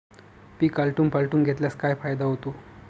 पीक आलटून पालटून घेतल्यास काय फायदा होतो?